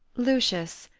lucius.